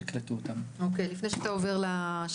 שהן מקבלות את אותם מענקים כל כך חשובים?